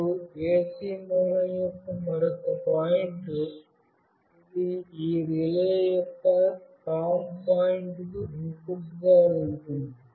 మరియు AC మూలం యొక్క మరొక పాయింట్ ఇది ఈ రిలే యొక్క COM పాయింట్కు ఇన్పుట్గా ఉంటుంది